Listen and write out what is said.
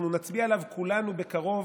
אנחנו נצביע עליו כולנו בקרוב,